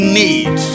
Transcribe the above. need